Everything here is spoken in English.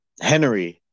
Henry